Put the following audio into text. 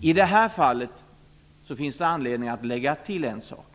I det här fallet finns det anledning att lägga till en sak.